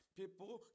people